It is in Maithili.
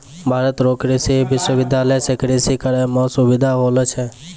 भारत रो कृषि विश्वबिद्यालय से कृषि करै मह सुबिधा होलो छै